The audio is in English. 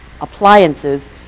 appliances